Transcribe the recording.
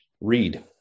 read